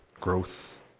growth